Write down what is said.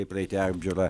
kaip praeiti apžiūrą